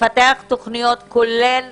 לפתח תוכניות, כולל